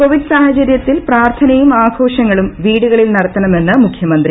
Covid സാഹചര്യത്തിൽ പ്രാർത്ഥനയും ആഘോഷങ്ങളും വീടുകളിൽ നടത്തണമെന്ന് മുഖൃമന്ത്രി